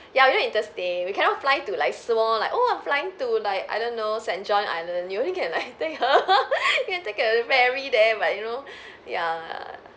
ya we don't interstate~ we we cannot fly to like small like oh I'm flying to I don't know saint john island you only can like I think you can take a ferry there but you know ya